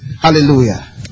Hallelujah